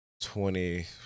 Twenty